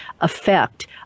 effect